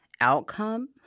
outcome